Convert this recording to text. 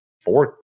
four